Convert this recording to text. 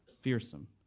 Fearsome